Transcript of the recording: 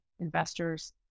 investors